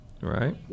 Right